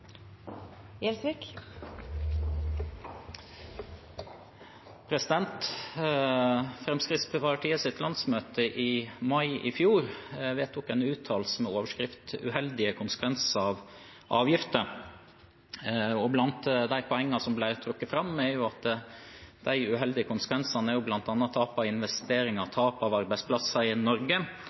landsmøte i mai i fjor vedtok en uttalelse med overskriften «Uheldige konsekvenser av avgifter». Blant de poengene som ble trukket fram, var at disse uheldige konsekvensene bl.a. er tap av investeringer, tap av arbeidsplasser i Norge,